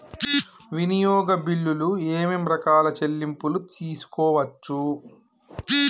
వినియోగ బిల్లులు ఏమేం రకాల చెల్లింపులు తీసుకోవచ్చు?